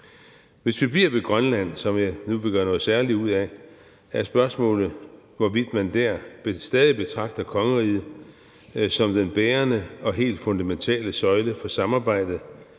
Hvis vi bliver ved Grønland, som jeg nu vil gøre noget særligt ud af, er spørgsmålet, hvorvidt man der stadig betragter kongeriget som den bærende og helt fundamentale søjle for samarbejdet,